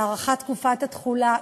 להארכת תקופת התחולה.